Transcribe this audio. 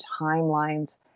timelines